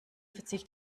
verzicht